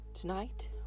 Tonight